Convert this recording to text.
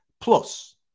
plus